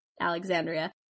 Alexandria